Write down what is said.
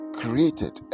created